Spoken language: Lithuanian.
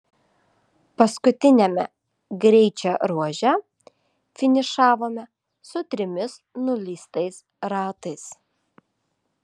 paskutiniame greičio ruože finišavome su trimis nuleistais ratais